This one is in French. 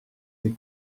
des